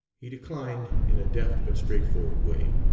he declined in a deft but straightforward way.